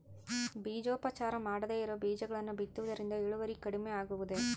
ಬೇಜೋಪಚಾರ ಮಾಡದೇ ಇರೋ ಬೇಜಗಳನ್ನು ಬಿತ್ತುವುದರಿಂದ ಇಳುವರಿ ಕಡಿಮೆ ಆಗುವುದೇ?